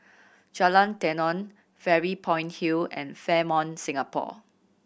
Jalan Tenon Fairy Point Hill and Fairmont Singapore